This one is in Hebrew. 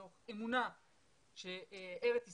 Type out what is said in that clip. מתוך אמונה שארץ ישראל,